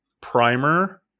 primer